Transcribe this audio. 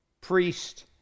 priest